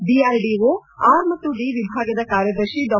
DRDO R ಮತ್ತು D ಎಭಾಗದ ಕಾರ್ಯದರ್ಶಿ ಡಾ